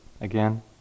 Again